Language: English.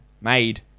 made